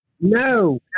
No